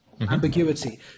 Ambiguity